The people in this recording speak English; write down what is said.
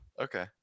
Okay